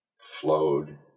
flowed